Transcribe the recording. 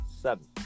seven